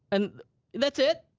and that's it.